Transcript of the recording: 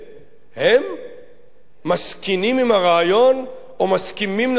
האם הם מסכינים עם הרעיון או מסכימים לתוכנית